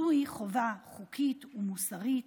זוהי חובה חוקית ומוסרית,